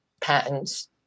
patents